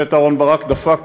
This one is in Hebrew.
השופט אהרן ברק דפק